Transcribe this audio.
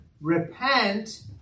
Repent